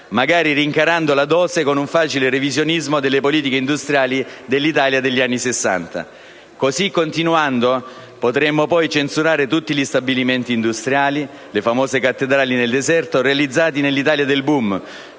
magari rincarando la dose con un facile revisionismo delle politiche industriali dell'Italia degli anni Sessanta. Così continuando, potremmo poi censurare tutti gli stabilimenti industriali (le famose cattedrali nel deserto) realizzati nell'Italia del *boom*,